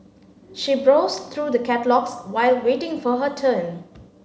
she browsed through the catalogues while waiting for her turn